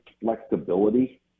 flexibility